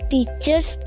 Teachers